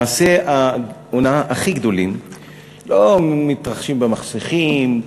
מעשי ההונאה הכי גדולים לא מתרחשים במחשכים,